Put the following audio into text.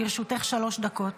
לרשותך שלוש דקות.